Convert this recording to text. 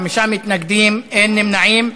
חמישה מתנגדים, אין נמנעים.